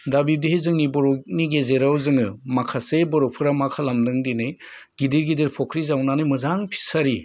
दा बिब्दिहै जोंनि बर'नि गेजेराव जोङो माखासे बर'फोरा मा खालामदों दिनै गिदिर गिदिर फुख्रि जावनानै मोजां फिसारि